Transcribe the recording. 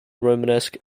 romanesque